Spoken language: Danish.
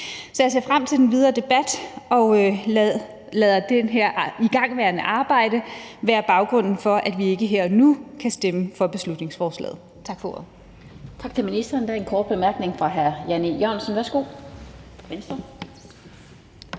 Så jeg ser frem til den videre debat og lader det her igangværende arbejde være baggrunden for, at vi ikke her og nu kan stemme for beslutningsforslaget. Tak for ordet.